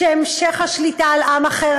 של המשך השליטה על עם אחר,